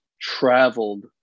traveled